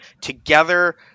together